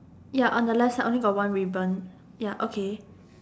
ya on the left side only got one ribbon ya okay